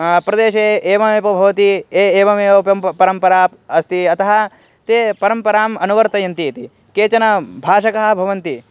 प्रदेशे एवमेव भवति एव एवमेव परम्परा अस्ति अतः ते परम्पराम् अनुवर्तयन्ति इति केचन भाषकः भवन्ति